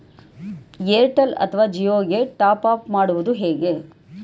Airtel ಅಥವಾ ಜಿಯೊ ಗೆ top up ಮಾಡುವುದು ಹೇಗೆ?